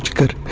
could